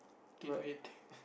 gain weight